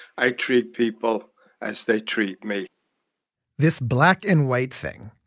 i treat people as they treat me this black and white thing.